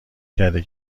کرده